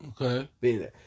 Okay